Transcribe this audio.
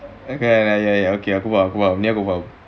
okay lah ya ya ya okay aku faham ni aku faham